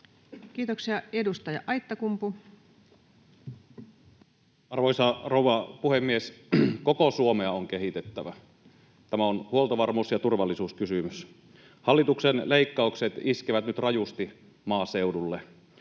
Time: 17:10 Content: Arvoisa rouva puhemies! Koko Suomea on kehitettävä, tämä on huoltovarmuus- ja turvallisuuskysymys. Hallituksen leikkaukset iskevät nyt rajusti maaseudulle.